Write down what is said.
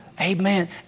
Amen